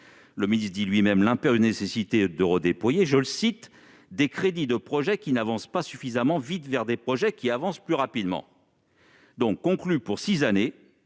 Le ministre reconnaît lui-même l'impérieuse nécessité de redéployer « des crédits de projets qui n'avancent pas suffisamment vite vers des projets qui avancent plus rapidement ». Oui ! Conclus pour six années,